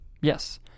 Yes